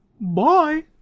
Bye